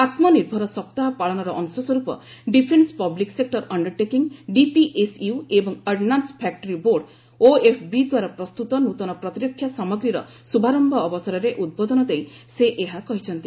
ଆତ୍ମନିଭର ସପ୍ତାହ ପାଳନର ଅଂଶସ୍ୱରୂପ defence public sector undertaking DPSU ଏବଂ ଅର୍ଡନାନ୍କ ଫ୍ୟାକ୍ତି ବୋର୍ଡ଼ ଓଏଫ୍ବି ଦ୍ୱାରା ପ୍ରସ୍ତୁତ ନୂତନ ପ୍ରତିରକ୍ଷା ସାମଗ୍ରୀର ଶୁଭାରମ୍ଭ ଅବସରରେ ଉଦ୍ବୋଧନ ଦେଇ ସେ ଏହା କହିଛନ୍ତି